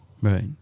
right